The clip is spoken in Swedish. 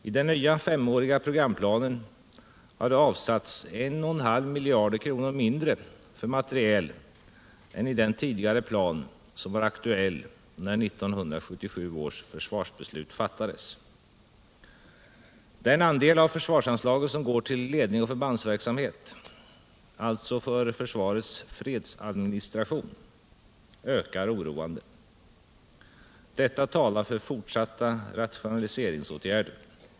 I den nya femåriga programplanen har det avsatts 1,5 miljarder kronor mindre för materiel än i den tidigare plan som var aktuell när 1977 års försvarsbeslut fattades. Den andel av försvarsanslaget som går till ledning och förbandsverksamhet — alltså till försvarets fredsadministration — ökar oroande. Detta talar för fortsatta rationaliseringsåtgärder.